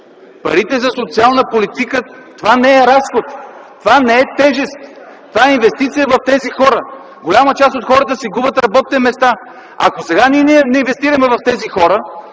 парите за социална политика – това не е разход, това не е тежест. Това е инвестиция в тези хора. Голяма част от хората си губят работните места. Ако сега не инвестираме в тези хора,